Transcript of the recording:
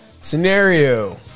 scenario